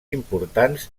importants